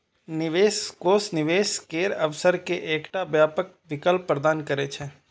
निवेश कोष निवेश केर अवसर के एकटा व्यापक विकल्प प्रदान करै छै